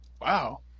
Wow